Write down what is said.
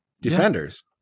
defenders